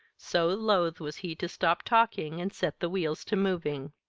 so loath was he to stop talking and set the wheels to moving.